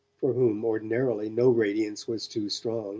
for whom, ordinarily, no radiance was too strong